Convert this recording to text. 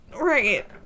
Right